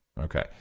Okay